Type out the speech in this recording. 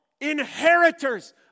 inheritors